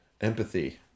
empathy